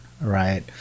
right